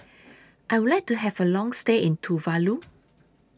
I Would like to Have A Long stay in Tuvalu